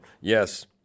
Yes